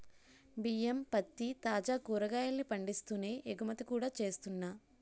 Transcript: బియ్యం, పత్తి, తాజా కాయగూరల్ని పండిస్తూనే ఎగుమతి కూడా చేస్తున్నా